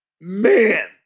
man